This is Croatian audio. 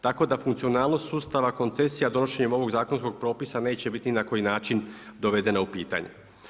Tako da funkcionalnost sustava koncesija donošenjem ovog zakonskog propisa neće biti ni na koji način dovedena u pitanje.